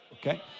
Okay